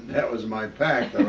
it was my pack